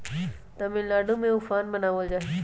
तमिलनाडु में उफान मनावल जाहई